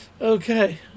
Okay